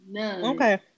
okay